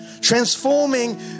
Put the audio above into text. transforming